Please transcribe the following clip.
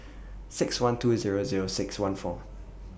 six one two Zero Zero six one four